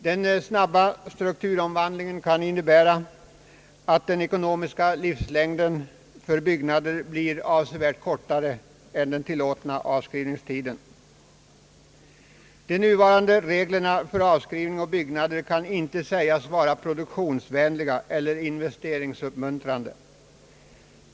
Den snabba strukturomvandling vi nu upplever kan vidare innebära, att den ekonomiska livslängden för byggnader blir avsevärt kortare än den tillåtna avskrivningstiden. De nuvarande reglerna för avskrivning på byggnader kan inte sägas vara produktionsvänliga eller investeringsuppmuntrande.